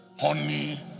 honey